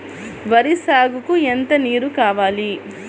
వరి సాగుకు ఎంత నీరు కావాలి?